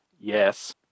yes